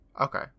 Okay